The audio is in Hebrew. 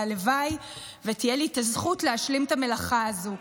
והלוואי שתהיה לי הזכות להשלים את המלאכה הזאת.